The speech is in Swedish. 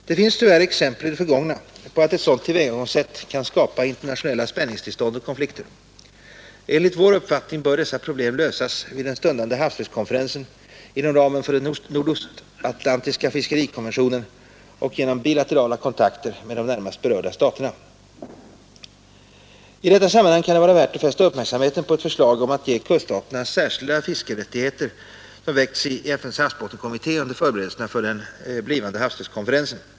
Det finns tyvärr exempel i det förgångna på att ett sådant tillvägagångssätt kan skapa internationella spänningstillstånd och konflikter. Enligt vår uppfattning bör dessa problem lösas vid den stundande havsrättskonferensen, inom ramen för den nordostatlantiska fiskerikonventionen och genom bilaterala kontakter med de närmast berörda staterna. I detta sammanhang kan det vara värt att fästa uppmärksamheten på att förslag om att ge kuststaterna särskilda fiskerättigheter väckts i FN:s havsbottenkommitté under förberedelserna för den blivande havsrättskonferensen.